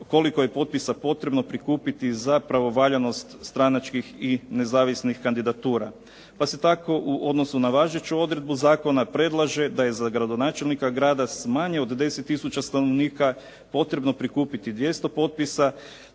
koliko je potpisa potrebno prikupiti za pravovaljanost stranačkih i nezavisnih kandidatura. Pa se tako u odnosu na važeću odredbu zakona predlaže da je za gradonačelnika grada s manje od 10 tisuća stanovnika potrebno prikupiti 200 potpisa